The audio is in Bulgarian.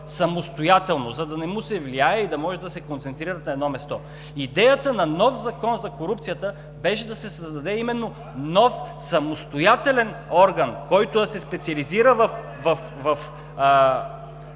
самостоятелно, за да не му се влияе и да може да се концентрират на едно място. Идеята на нов Закон за корупцията беше да се създаде именно нов самостоятелен орган, който да се специализира в